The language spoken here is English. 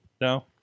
no